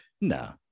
No